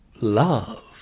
love